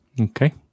Okay